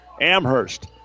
Amherst